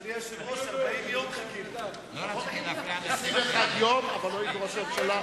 אדוני היושב-ראש, 40 יום, 21 יום.